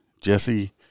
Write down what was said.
Jesse